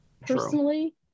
Personally